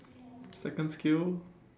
second skill